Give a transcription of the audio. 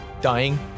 dying